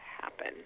happen